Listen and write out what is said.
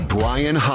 Brian